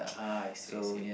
ah I see I see